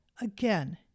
Again